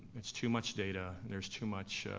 it's too much data, there's too much